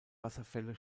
wasserfälle